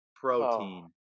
protein